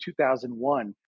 2001